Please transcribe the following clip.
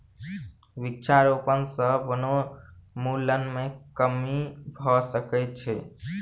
वृक्षारोपण सॅ वनोन्मूलन मे कमी भ सकै छै